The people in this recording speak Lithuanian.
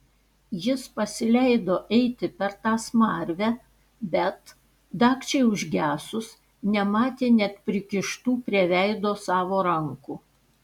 jis pasileido eiti per tą smarvę bet dagčiai užgesus nematė net prikištų prie veido savo rankų